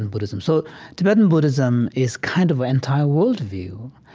and buddhism so tibetan buddhism is kind of anti-worldview.